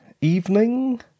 evening